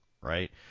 Right